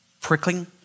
prickling